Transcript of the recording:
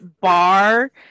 bar